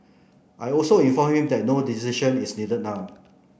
I also informed him that no decision is needed now